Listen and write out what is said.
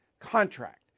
contract